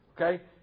okay